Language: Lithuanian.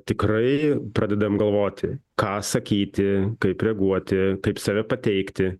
tikrai pradedam galvoti ką sakyti kaip reaguoti kaip save pateikti